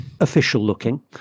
official-looking